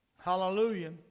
hallelujah